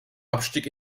abstieg